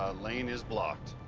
ah lane is blocked.